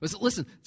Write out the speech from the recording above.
Listen